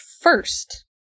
first